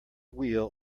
wheel